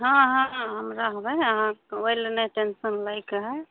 हँ हँ हम रहबै ने आहाँ ओहिले नहि टेन्शन लैके है